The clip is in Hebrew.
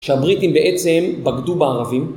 שהבריטים בעצם בגדו בערבים.